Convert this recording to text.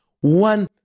one